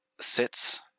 sits